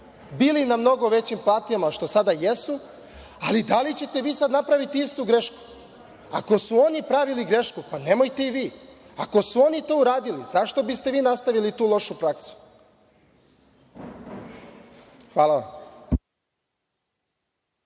bili na mnogo većim platama što sada jesu, ali da li ćete vi sad napraviti istu grešku? Ako su oni pravili grešku, pa nemojte i vi. Ako su oni to uradili, zašto biste vi nastavili tu lošu praksu? Hvala vam.